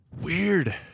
Weird